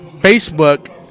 Facebook